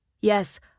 Yes